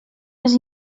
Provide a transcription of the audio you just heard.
les